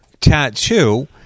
tattoo